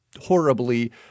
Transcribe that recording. horribly